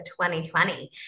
2020